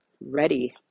ready